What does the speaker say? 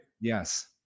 Yes